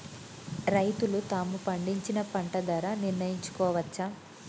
రైతులు తాము పండించిన పంట ధర నిర్ణయించుకోవచ్చా?